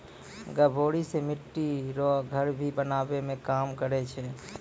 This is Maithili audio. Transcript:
गभोरी से मिट्टी रो घर भी बनाबै मे काम करै छै